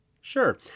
Sure